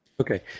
Okay